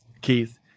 Keith